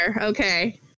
okay